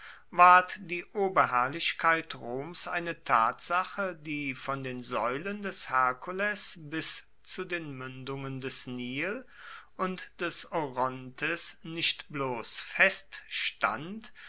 ward die oberherrlichkeit roms eine tatsache die von den säulen des hercules bis zu den mündungen des nil und des orontes nicht bloß feststand